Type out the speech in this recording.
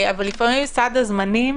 אבל לפעמים סד הזמנים